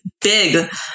Big